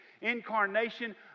incarnation